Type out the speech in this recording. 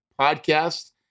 podcast